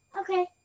Okay